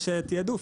יש תיעדוף,